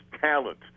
talent